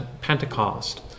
Pentecost